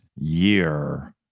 year